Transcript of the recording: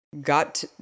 got